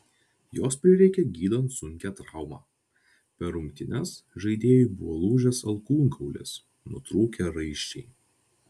jos prireikė gydant sunkią traumą per rungtynes žaidėjui buvo lūžęs alkūnkaulis nutrūkę raiščiai